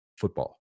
football